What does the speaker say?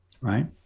right